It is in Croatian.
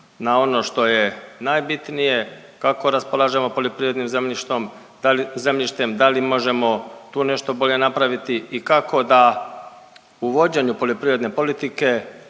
na ono što je najbitnije kako raspolažemo poljoprivrednim zemljištom, zemljištem. Da li možemo tu nešto bolje napraviti i kako da u vođenju poljoprivredne politike